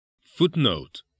Footnote